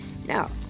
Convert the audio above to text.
Now